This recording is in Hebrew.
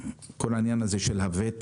אפשר גם מבחינת כל העניין הזה של הוותק,